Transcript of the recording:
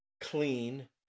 clean